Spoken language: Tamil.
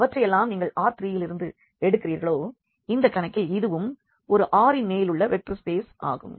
எவற்றை எல்லாம் நீங்கள் R3 யிலிருந்து எடுக்கிறீர்களோ இந்தக் கணத்தில் இதுவும் ஒரு R இன் மேலுள்ள வெக்டர் ஸ்பேஸ் ஆகும்